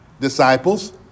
Disciples